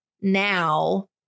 now